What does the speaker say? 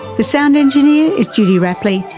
the sound engineer is judy rapley.